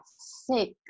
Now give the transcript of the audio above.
sick